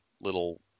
little